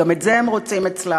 גם את זה הם רוצים אצלם.